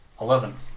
Eleven